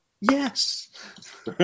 Yes